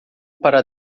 para